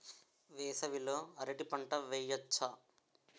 వేసవి లో అరటి పంట వెయ్యొచ్చా?